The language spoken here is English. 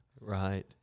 Right